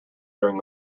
during